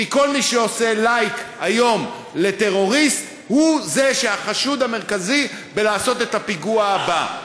כי כל מי שעושה "לייק" היום לטרוריסט הוא החשוד המרכזי בפיגוע הבא.